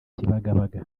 kibagabaga